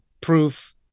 proof